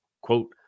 quote